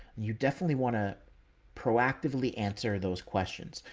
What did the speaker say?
you definitely want to proactively answer those questions.